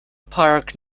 park